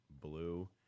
Blue